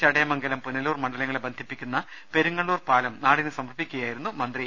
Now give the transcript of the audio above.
ചടയമംഗലം പുനലൂർ മണ്ഡലങ്ങളെ ബന്ധിപ്പിക്കുന്ന പെരുങ്ങള്ളൂർ പാലം നാടിന് സമർപ്പിക്കുകയായിരുന്നു അദ്ദേഹം